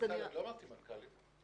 לא אמרתי מנכ"לים.